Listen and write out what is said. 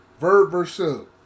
versus